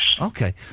Okay